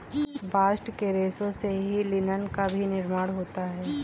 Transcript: bast के रेशों से ही लिनन का भी निर्माण होता है